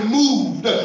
moved